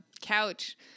couch